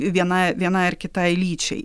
viena vienai ar kitai lyčiai